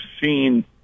seen